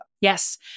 Yes